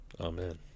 Amen